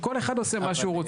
וכל אחד עושה מה שהוא רוצה.